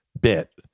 bit